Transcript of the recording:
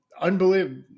unbelievable